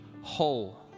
whole